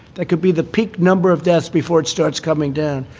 that could be the peak number of deaths before it starts coming down.